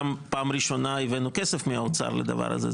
גם פעם ראשונה הבאנו כסף מהאוצר לדבר הזה,